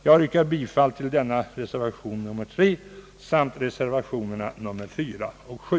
Jag yrkar bifall till reservationerna nr 3, 4 och 7.